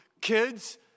kids